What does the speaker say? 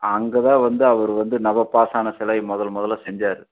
அங்கேதான் வந்து அவர் வந்து நவபாசன சிலை முதல் முதலில் செஞ்சார்